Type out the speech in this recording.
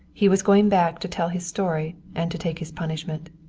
he was going back to tell his story and to take his punishment.